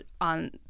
on